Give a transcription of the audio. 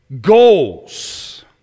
goals